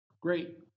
Great